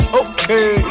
okay